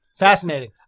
fascinating